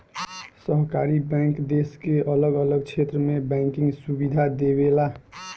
सहकारी बैंक देश के अलग अलग क्षेत्र में बैंकिंग सुविधा देवेला